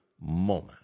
moment